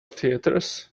theatres